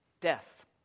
death